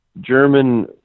German